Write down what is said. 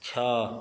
छः